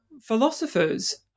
philosophers